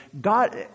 God